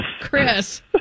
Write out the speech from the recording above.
Chris